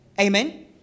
Amen